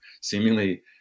seemingly